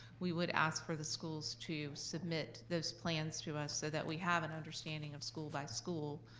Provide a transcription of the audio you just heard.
we would ask for the schools to submit those plans to us so that we have an understanding of school by school,